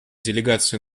делегацию